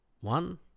one